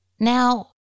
Now